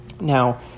Now